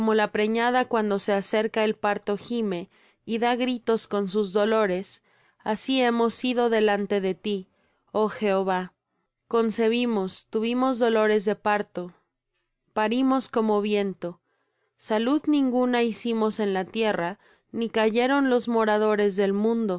la preñada cuando se acerca el parto gime y da gritos con sus dolores así hemos sido delante de ti oh jehová concebimos tuvimos dolores de parto parimos como viento salud ninguna hicimos en la tierra ni cayeron los moradores del mundo